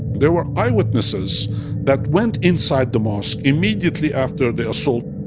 there were eyewitnesses that went inside the mosque immediately after the assault.